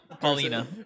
Paulina